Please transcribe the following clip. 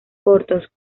cortos